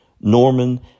Norman